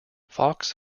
fox